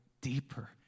deeper